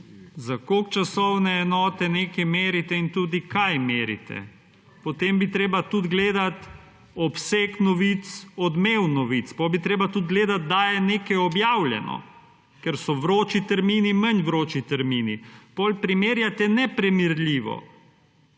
Za koliko časovne enote nekaj merite in tudi kaj merite. Potem bi trebali tudi gledati obseg novic, odmev novic. Potem bi trebali tudi gledat, kdaj je nekaj objavljeno, ker so vroči termini, manj vroči termini. Potem primerjate neprimerljivo.